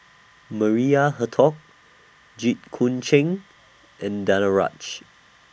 Maria Hertogh Jit Koon Ch'ng and Danaraj